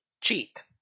cheat